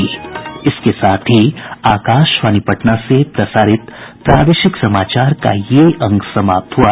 इसके साथ ही आकाशवाणी पटना से प्रसारित प्रादेशिक समाचार का ये अंक समाप्त हुआ